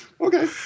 Okay